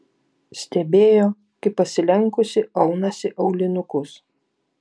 stebėjo kaip pasilenkusi aunasi aulinukus